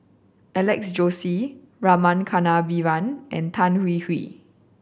Alex Josey Rama Kannabiran and Tan Hwee Hwee